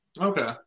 Okay